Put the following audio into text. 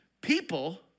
people